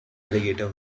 alligator